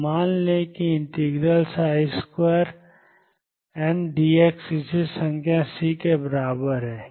तो मान लें कि n2dx किसी संख्या C के बराबर है